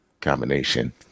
combination